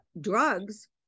drugs